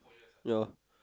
year